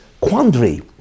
quandary